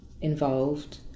involved